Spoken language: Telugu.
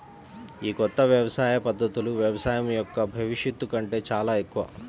ఈ కొత్త వ్యవసాయ పద్ధతులు వ్యవసాయం యొక్క భవిష్యత్తు కంటే చాలా ఎక్కువ